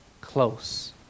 close